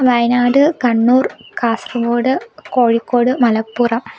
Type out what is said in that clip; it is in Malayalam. വയനാട് കണ്ണൂർ കാസർഗോഡ് കോഴിക്കോട് മലപ്പുറം